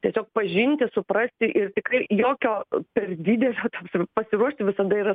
tiesiog pažinti suprasti ir tikrai jokio per didelio tam pasiruošti visada yra